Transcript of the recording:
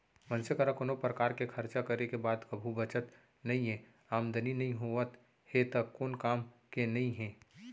मनसे करा कोनो परकार के खरचा करे के बाद कभू बचत नइये, आमदनी नइ होवत हे त कोन काम के नइ हे